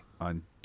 on